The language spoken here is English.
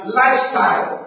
lifestyle